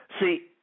See